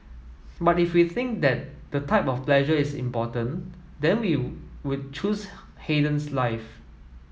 but if we think that the type of pleasure is important then we would choose Haydn's life